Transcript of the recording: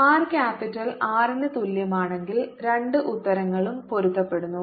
r capital R ന് തുല്യമാണെങ്കിൽ രണ്ട് ഉത്തരങ്ങളും പൊരുത്തപ്പെടുന്നു